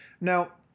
Now